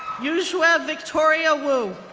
yujue ah victoria wu,